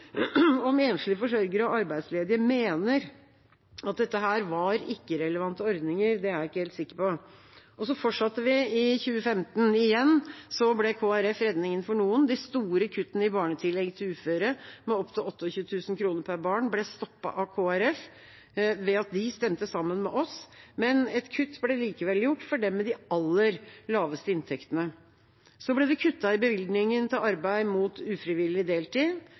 Om enslige forsørgere og arbeidsledige mener at dette var ikke-relevante ordninger, er jeg ikke helt sikker på. Det fortsatte i 2015: Igjen ble Kristelig Folkeparti redningen for noen. De store kuttene i barnetillegget til uføre med opptil 28 000 kr per barn ble stoppet av Kristelig Folkeparti ved at de stemte sammen med oss, men et kutt ble likevel gjort for dem med de aller laveste inntektene. Så ble det kuttet i bevilgningen til arbeid mot ufrivillig deltid.